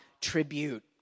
tribute